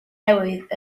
newydd